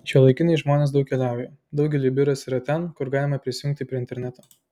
šiuolaikiniai žmonės daug keliauja daugeliui biuras yra ten kur galima prisijungti prie interneto